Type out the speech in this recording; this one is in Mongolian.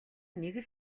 нэг